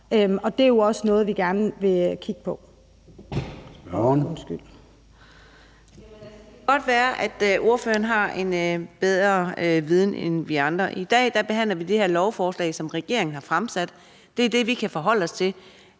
Spørgeren. Kl. 23:53 Karina Adsbøl (DD): Det kan godt være, at ordføreren har en større viden, end vi andre har. I dag behandler vi det her lovforslag, som regeringen har fremsat. Det er det, vi kan forholde os til.